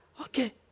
Okay